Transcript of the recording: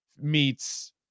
meets